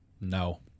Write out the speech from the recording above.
No